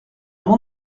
mont